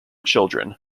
children